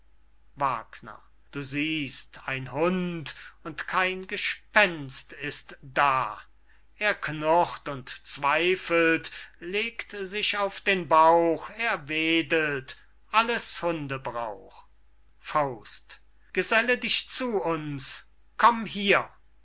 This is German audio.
nah du siehst ein hund und kein gespenst ist da er knurrt und zweifelt legt sich auf den bauch er wedelt alles hunde brauch geselle dich zu uns komm hier